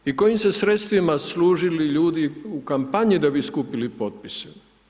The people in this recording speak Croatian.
kojim se sredstvima služili ljudi u kampanji da bi skupili potpise.